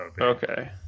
Okay